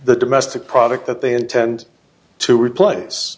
the domestic product that they intend to replace